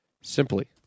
Simply